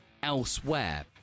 elsewhere